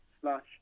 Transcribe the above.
slash